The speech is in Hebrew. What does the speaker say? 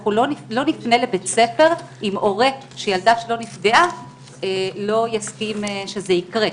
אנחנו לא נפנה לבית ספר אם הורה שילדה שלו נפגעה לא יסכים שזה יקרה.